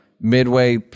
midway